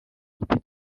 giti